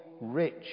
rich